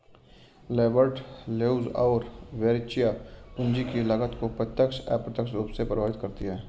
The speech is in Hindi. लैम्बर्ट, लेउज़ और वेरेचिया, पूंजी की लागत को प्रत्यक्ष, अप्रत्यक्ष रूप से प्रभावित करती है